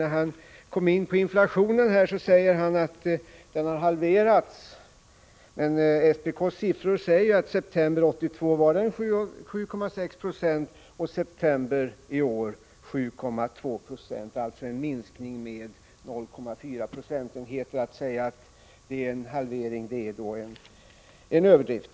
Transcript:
När han kom in på inflationen sade han att den hade halverats. Men SPK:s siffror säger ju att inflationen i september 1982 var 7,6 20 och i september i år 7,2 Zo. Det är en minskning med 0,4 procentenheter. Att påstå att det är en halvering är alltså en överdrift.